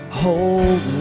hold